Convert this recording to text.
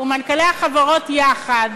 ומנכ"לי החברות יחד